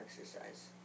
exercise